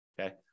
Okay